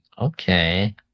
Okay